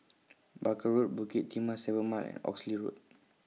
Barker Road Bukit Timah seven Mile and Oxley Road